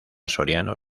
soriano